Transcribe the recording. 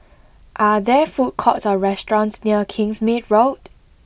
are there food courts or restaurants near Kingsmead Road